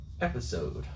episode